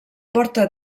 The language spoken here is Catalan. porta